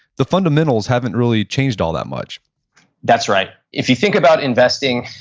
the fundamentals haven't really changed all that much that's right. if you think about investing,